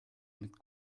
mit